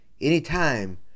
anytime